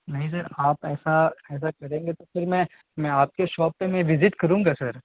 نہیں سر آپ ایسا ایسا کریں گے تو پھر میں میں آپ کے شاپ پہ میں وزٹ کروں گا سر